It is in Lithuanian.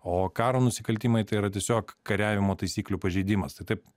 o karo nusikaltimai tai yra tiesiog kariavimo taisyklių pažeidimas tai taip